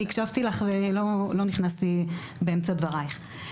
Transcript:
אני הקשבתי לך ולא נכנסתי באמצע דברייך.